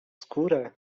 skórę